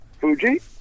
Fuji